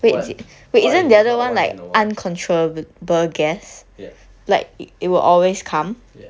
what what if it's not once in a while ya ya